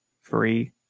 free